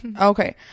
Okay